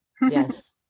Yes